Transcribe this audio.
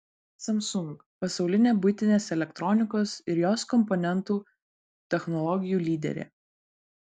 samsung pasaulinė buitinės elektronikos ir jos komponentų technologijų lyderė